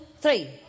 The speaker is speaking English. three